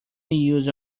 use